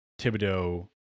Thibodeau